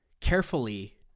carefully